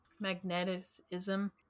Magnetism